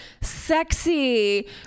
sexy